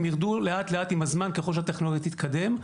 הן ירדו לאט-לאט עם הזמן ככל שהטכנולוגיה תתקדם.